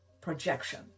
projection